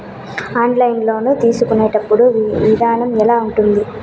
online loan తీసుకునేటప్పుడు విధానం ఎలా ఉంటుంది